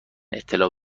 اطلاع